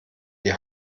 die